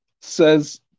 says